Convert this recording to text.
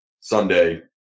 Sunday